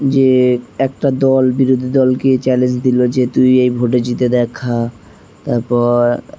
যে একটা দল বিরোধী দলকে চ্যালেঞ্জ দিলো যে তুই এই ভোটে জিতে দেখা তারপর